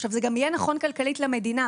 עכשיו, זה גם נכון כלכלית למדינה.